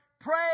Pray